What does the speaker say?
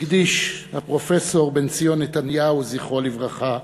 הקדיש הפרופסור בנציון נתניהו, זכרו לברכה,